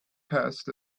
passed